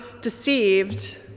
deceived